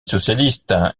socialiste